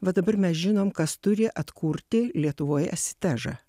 va dabar mes žinom kas turi atkurti lietuvoj asitežą